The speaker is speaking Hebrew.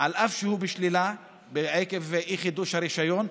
אף שהוא בשלילה עקב אי-חידוש הרישיון,